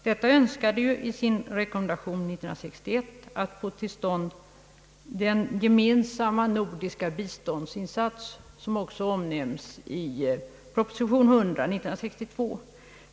Detta önskade i sin rekommendation 1961 att få till stånd den gemensamma =: nordiska = biståndsinsats som också omnämns i proposition 100 år 1962.